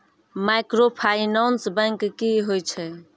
Microfinance bank की होय छै?